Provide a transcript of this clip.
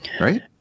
Right